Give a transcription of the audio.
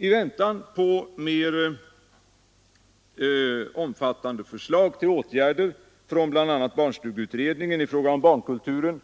I väntan på mer omfattande förslag till åtgärder från bl.a. barnstugeutredningen i fråga om barnkulturen